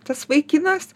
tas vaikinas